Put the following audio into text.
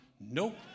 Nope